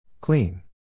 Clean